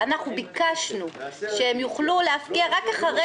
ביקשנו שהם יוכלו להפקיע רק אחרי